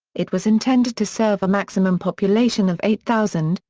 it was intended to serve a maximum population of eight thousand,